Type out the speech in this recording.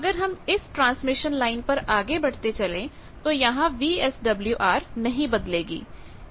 अगर हमइस transmission line पर आगे बढ़ते चलें तो यहां वीएसडब्ल्यूआर नहीं बदलेगी